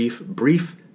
brief